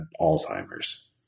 Alzheimer's